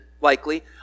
likely